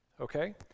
okay